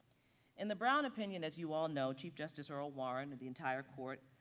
in the brown opinion as you all know, chief justice earl warren and the entire court,